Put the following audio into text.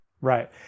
Right